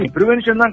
Prevention